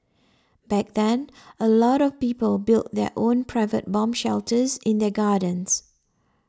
back then a lot of people built their own private bomb shelters in their gardens